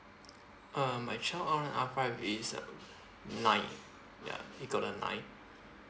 um my child L one R five is uh nine ya he got a nine